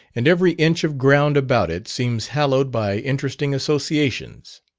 and every inch of ground about it seems hallowed by interesting associations.